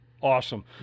Awesome